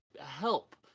help